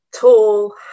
tall